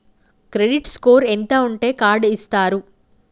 Credit score ఎంత ఉంటే card ఇస్తారు?